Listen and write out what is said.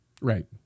Right